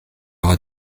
aura